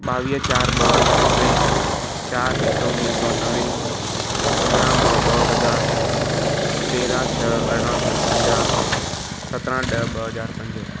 ॿावीह चारि ॿ हज़ार टे चारि हिकु उणिवीह सौ नवे पंद्रहं ॿ ॿ हज़ार तेरहं छह अरिड़हं सौ पंजाहु सत्रहं ॾह ॿ हज़ार पंज